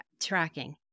tracking